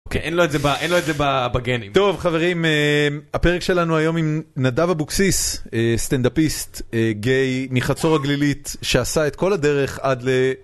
‫אין לו את זה בגנים. ‫-טוב, חברים, הפרק שלנו היום עם נדב אבוקסיס, סטנדאפיסט גיי מחצור הגלילית שעשה את כל הדרך עד ל...